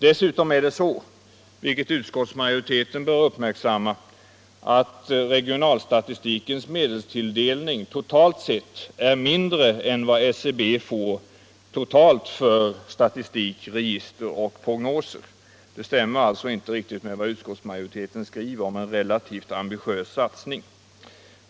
Dessutom är det så — vilket utskottsmajoriteten bör uppmärksamma -— att regionalstatistikens sammanlagda medelsökning i procent är mindre än vad SCB får i procentuell ökning totalt sett för statistik, register och prognoser. Det stämmer inte riktigt med vad utskottsmajoriteten skriver om en relativt ambitiös satsning.